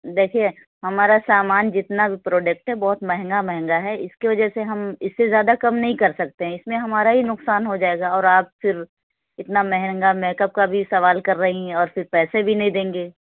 دیکھیے ہمارا سامان جتنا بھی پروڈکٹ ہے بہت مہنگا مہنگا ہے اِس کی وجہ سے ہم اِس سے زیادہ کم نہیں کر سکتے ہیں اِس میں ہمارا ہی نقصان ہو جائے گا اور آپ پھر اتنا مہنگا میک اپ کا بھی سوال کر رہی ہیں اور پھر پیسے بھی نہیں دیں گے